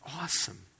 awesome